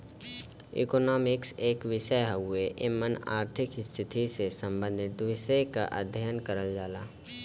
economics एक विषय हउवे एमन आर्थिक स्थिति से सम्बंधित विषय क अध्ययन करल जाला